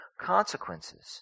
consequences